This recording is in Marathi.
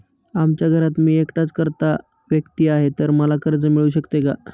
आमच्या घरात मी एकटाच कर्ता व्यक्ती आहे, तर मला कर्ज मिळू शकते का?